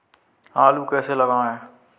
आलू कैसे लगाएँ?